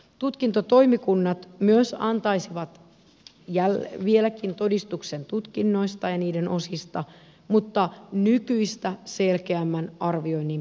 tutkintotoimikunnat myös antaisivat vieläkin todistuksen tutkinnoista ja niiden osista mutta nykyistä selkeämmän arvioinnin perusteella